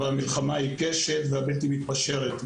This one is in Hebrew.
במלחמה העיקשת והבלתי מתפשרת,